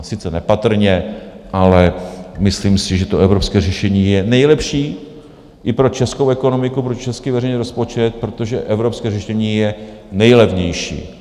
Sice nepatrně, ale myslím si, že evropské řešení je nejlepší i pro českou ekonomiku, pro český veřejný rozpočet, protože evropské řešení je nejlevnější.